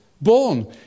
born